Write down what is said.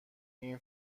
این